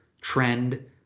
trend